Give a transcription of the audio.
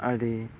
ᱟᱹᱰᱤ